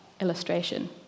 illustration